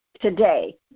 today